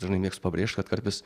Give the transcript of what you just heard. dažnai mėgstu pabrėžt kad karpis